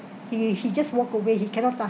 he he just walk away he cannot